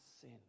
sin